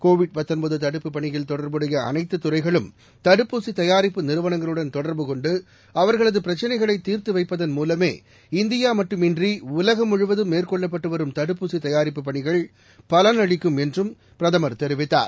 Covid தடுப்புப் பணியில் தொடர்புடைய அனைத்தத் துறைகளும் தடுப்பூசி தயாரிப்பு நிறுவனங்களுடன் தொடர்பு கொண்டு அவர்களது பிரச்னைகளை தீர்த்து வைப்பதன் மூலமே இந்தியா மட்டுமன்றி உலகம் முழுவதும் மேற்கொள்ளப்பட்டு வரும் தடுப்பூசி தயாரிப்புப் பணிகள் பலனளிக்கும் என்றும் பிரதமர் தெரிவித்தார்